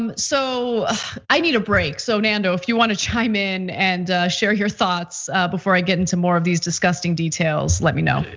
um so i need a break. so nando if you want to chime in and share your thoughts before i get into more of these disgusting details, let me know.